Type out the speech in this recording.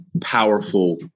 powerful